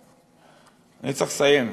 אני צריך לסיים.